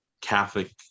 Catholic